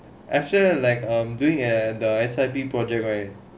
I'm sure like I'm doing err the S_I_B project right